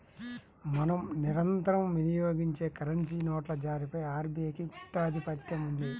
మనం నిరంతరం వినియోగించే కరెన్సీ నోట్ల జారీపై ఆర్బీఐకి గుత్తాధిపత్యం ఉంది